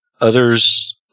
Others